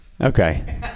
okay